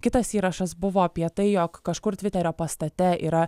kitas įrašas buvo apie tai jog kažkur tviterio pastate yra